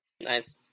Nice